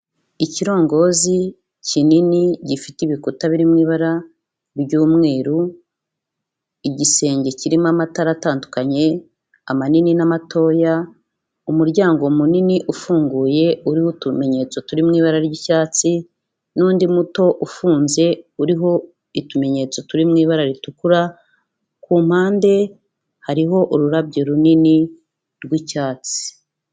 Ikirongozi kinini gifite ibikuta biri mu ibara ry'umweru, igisenge kirimo amatara atandukanye, amanini n'amatoya, umuryango munini ufunguye uriho utumenyetso turi mu ibara ry'icyatsi, n'undi muto ufunze uriho utumenyetso turi mu ibara ritukura, ku mpande hariho ururabyo runini r'wicyatsi.